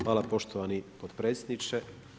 Hvala poštovani potpredsjedniče.